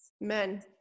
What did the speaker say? Men